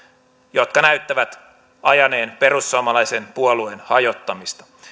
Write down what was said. jotka näyttävät ajaneen perussuomalaisen puolueen hajottamista